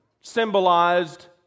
symbolized